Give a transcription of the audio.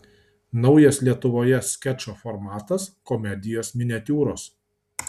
naujas lietuvoje skečo formatas komedijos miniatiūros